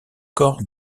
corps